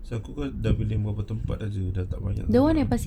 sakura tak boleh muat tempat jer